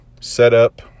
setup